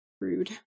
Rude